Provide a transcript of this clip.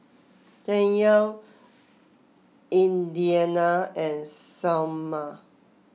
Danyell Indiana and Salma